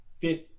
fifth